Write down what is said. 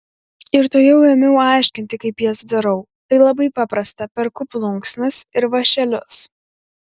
ir tuojau ėmiau aiškinti kaip jas darau tai labai paprasta perku plunksnas ir vąšelius